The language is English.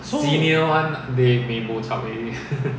so